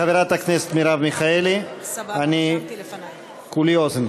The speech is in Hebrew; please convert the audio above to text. חברת הכנסת מרב מיכאלי, כולי אוזן.